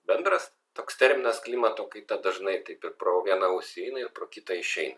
bendras toks terminas klimato kaita dažnai taip ir pro vieną ausį įeina ir pro kitą išeina